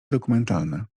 dokumentalne